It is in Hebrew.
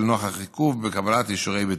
לנוכח עיכוב בקבלת אישורי בטיחות.